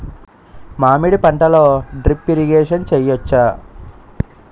మామిడి పంటలో drip irrigation చేయచ్చా?